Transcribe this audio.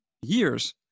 years